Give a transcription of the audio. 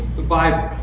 the bible.